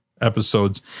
episodes